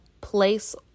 place